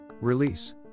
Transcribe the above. Release